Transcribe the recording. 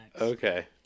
Okay